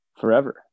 forever